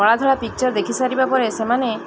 କଳା ଧଳା ପିକ୍ଚର୍ ଦେଖି ସାରିବା ପରେ ସେମାନେ